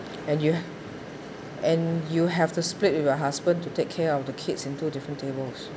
and you and you have to split with the husband to take care of the kids in two different tables